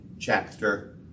chapter